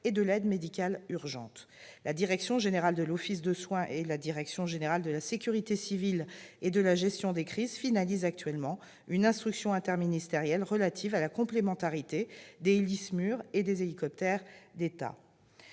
et de l'aide médicale urgente a été mis en place. La direction générale de l'offre de soins, la DGOS, et la direction générale de la sécurité civile et de la gestion des crises, la DGSCGC, finalisent actuellement une instruction interministérielle relative à la complémentarité des Héli-SMUR et des hélicoptères d'État.